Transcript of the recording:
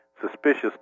suspicious